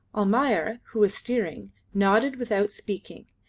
almayer, who was steering, nodded without speaking,